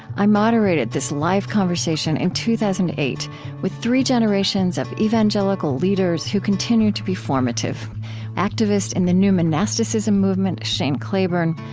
i moderated this live conversation in two thousand and eight with three generations of evangelical leaders who continue to be formative activist in the new monasticism movement shane claiborne,